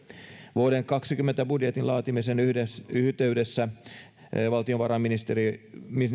vuoden kaksikymmentä budjetin laatimisen yhteydessä valtiovarainministeriö